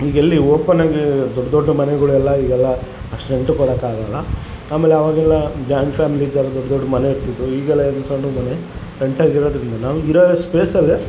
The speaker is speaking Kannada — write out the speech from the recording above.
ಈಗೆಲ್ಲಿ ಓಪನ್ನಾಗೀ ದೊಡ್ಡ ದೊಡ್ಡ ಮನೆಗಳೆಲ್ಲ ಈಗೆಲ್ಲ ಅಷ್ಟು ರೆಂಟಿಗೆ ಕೊಡೊಕಾಗಲ್ಲ ಆಮೇಲೆ ಅವಾಗೆಲ್ಲ ಜಾಯಿಂಟ್ ಫ್ಯಾಮಿಲಿ ಇದ್ದೊರ್ ದೊಡ್ಡ ದೊಡ್ಡ ಮನೆ ಇರ್ತಿದ್ವು ಈಗೆಲ್ಲ ಏನು ಸಣ್ಣ ಮನೆ ರೆಂಟ್ರಗಿರೋದರಿಂದ ನಮ್ಗೆ ಇರೋ ಸ್ಪೇಸ್ ಅಲ್ಲೇ